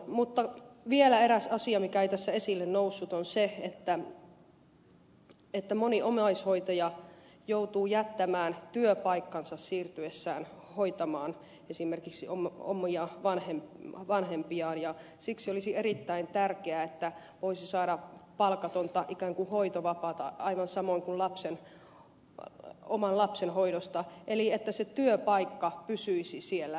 mutta vielä eräs asia mikä ei tässä esille noussut on se että moni omaishoitaja joutuu jättämään työpaikkansa siirtyessään hoitamaan esimerkiksi omia vanhempiaan ja siksi olisi erittäin tärkeää että voisi saada ikään kuin palkatonta hoitovapaata aivan samoin kuin oman lapsen hoidosta eli että se työpaikka pysyisi siellä